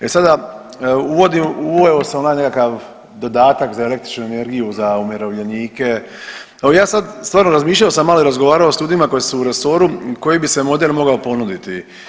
E sada, uveo sam ovaj nekakav dodatak za električnu energiju za umirovljenike, evo ja sad stvarno, razmišljao sam i malo razgovarao s ljudima koji su u resoru, koji bi se model mogao ponuditi.